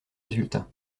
résultats